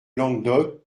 languedoc